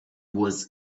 was